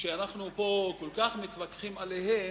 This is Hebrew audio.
שאנחנו פה כל כך מתווכחים עליהם,